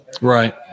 Right